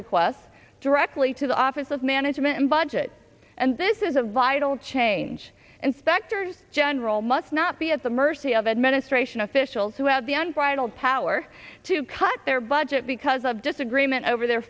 requests directly to the office of management and budget and this is a vital change and specters general must not be at the mercy of administration officials who have the unbridled power to cut their budget because of disagreement over their